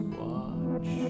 watch